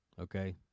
okay